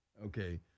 Okay